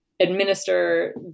administer